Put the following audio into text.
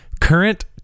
current